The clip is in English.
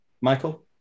Michael